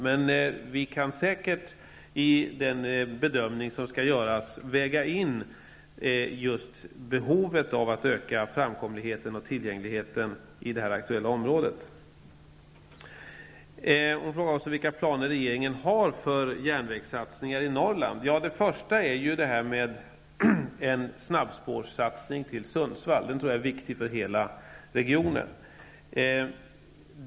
Men vi kan säkert i den bedömning som skall göras väga in just behovet av att öka framkomligheten och tillgängligheten i det aktuella området. Hon frågar också vilka planer regeringen har för järnvägssatsningar i Norrland. Först och främst är det en snabbspårssatsning till Sundsvall. Den tror jag är viktig för hela regionen.